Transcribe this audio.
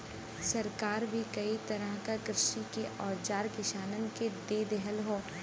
सरकार भी कई तरह क कृषि के औजार किसानन के दे रहल हौ